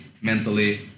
mentally